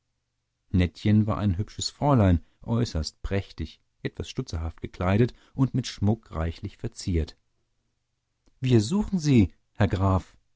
nettchen war ein hübsches fräulein äußerst prächtig etwas stutzerhaft gekleidet und mit schmuck reichlich verziert gottfried keller wir suchen sie herr graf